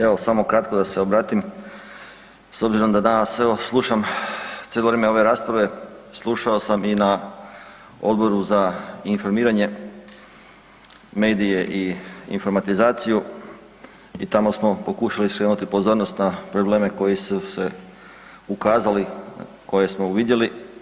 Evo samo kratko da se obratim s obzirom da evo danas slušam cijelo vrijeme ove rasprave, slušao sam i na Odboru za informiranje, medije i informatizaciju i tamo smo pokušali skrenuti pozornost na probleme na koje su se ukazali koje smo uvidjeli.